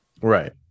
right